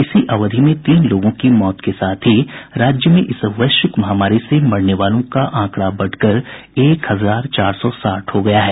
इसी अवधि में तीन लोगों की मौत के साथ ही राज्य में इस वैश्विक महामारी से मरने वालों का आंकड़ा बढ़कर एक हजार चार सौ साठ हो गया है